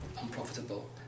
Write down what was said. unprofitable